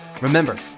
Remember